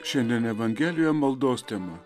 šiandien evangelija maldos tema